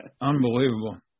unbelievable